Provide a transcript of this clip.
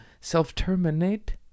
self-terminate